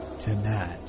tonight